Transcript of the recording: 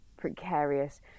precarious